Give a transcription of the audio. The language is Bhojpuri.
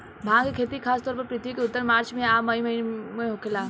भांग के खेती खासतौर पर पृथ्वी के उत्तर में मार्च आ मई के महीना में होखेला